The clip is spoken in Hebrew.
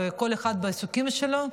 וכל אחד בעיסוקים שלו,